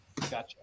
gotcha